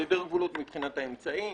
הן מבחינת האמצעים,